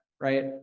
right